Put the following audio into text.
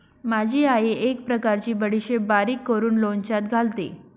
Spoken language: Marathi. माझी आई एक प्रकारची बडीशेप बारीक करून लोणच्यात घालते